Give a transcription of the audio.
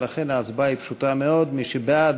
ולכן ההצבעה היא פשוטה מאוד: מי שבעד,